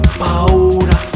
paura